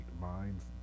minds